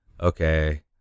okay